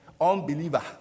unbeliever